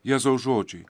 jėzaus žodžiai